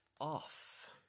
off